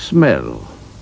smell